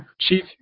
Chief